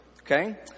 Okay